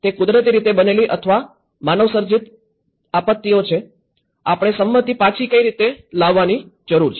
તે કુદરતી રીતે બનેલી અથવા માનવસર્જિત આપત્તિઓ છે આપણે સંમતિ પાછી કેવી રીતે લાવવાની જરૂર છે